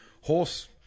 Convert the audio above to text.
horse